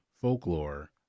folklore